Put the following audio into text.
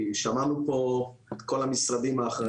כי שמענו פה את כל המשרדים האחרים,